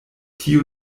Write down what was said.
tio